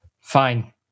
Fine